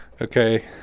okay